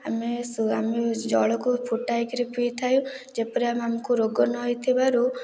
ଆମେ ଆମେ ଜଳକୁ ଫୁଟାଇକରି ପିଇଥାଉ ଯେପରି ଆମକୁ ରୋଗ ନହୋଇଥିବାରୁ